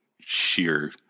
sheer